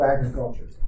agriculture